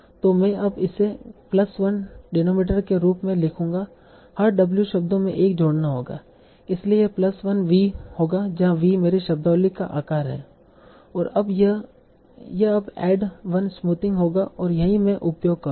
तो मैं अब इसे प्लस 1 डिनोमिनेटर के रूप में लिखूंगा हर w शब्दों में 1 जोड़ना होगा इसलिए यह प्लस V होगा जहां V मेरी शब्दावली का आकार है और यह अब ऐड 1 स्मूथिंग होगा और यही मैं उपयोग करूंगा